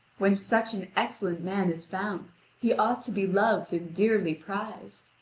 when such an excellent man is found he ought to be loved and dearly prized.